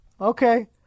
Okay